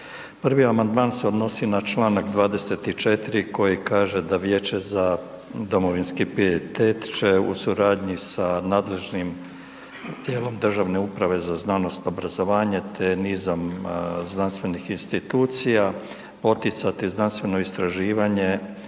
Prvi amandman se odnosi na Članak 24. koji kaže da Vijeće za domovinski pijetete će u suradnji sa nadležnim tijelom državne uprave za znanost, obrazovanje te nizom znanstvenih institucija poticati znanstveno istraživanje